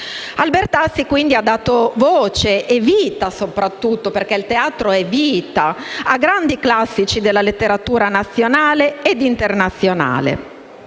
Albertazzi, quindi, ha dato voce e vita soprattutto - perché il teatro è vita - ai grandi classici della letteratura nazionale e internazionale.